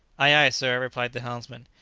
ay, ay, sir, replied the helmsman,